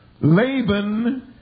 Laban